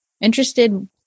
interested